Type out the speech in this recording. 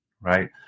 right